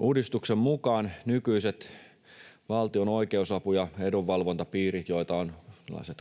Uudistuksen mukaan nykyiset valtion oikeusapu- ja edunvalvontapiirit, joita on